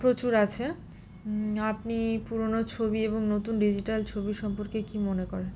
প্রচুর আছে আপনি পুরোনো ছবি এবং নতুন ডিজিটাল ছবি সম্পর্কে কী মনে করেন